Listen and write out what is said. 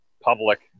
public